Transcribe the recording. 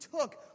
took